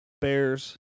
Bears